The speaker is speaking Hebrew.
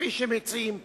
כפי שמציעים פה.